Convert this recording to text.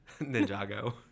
Ninjago